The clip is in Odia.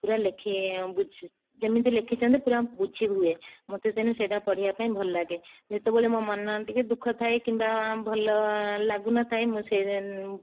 ପୁରା ଯେମିତି ଲେଖିଛନ୍ତି ପୁରା ବୁଝିହୁଏ ମୋତେ ତେଣୁ ସେଇଟା ପଢ଼ିବାକୁ ଭଲ ଲାଗେ ଯେତେବେଳେ ମୋ ମନ ଟିକିଏ ଦୁଃଖ ଥାଏ କିମ୍ବା ଭଲ ଲାଗୁନଥାଏ ମୁଁ ସେ